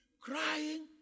crying